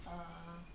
err